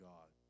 God